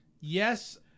Yes